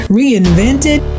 reinvented